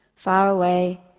far away,